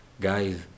guys